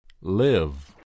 Live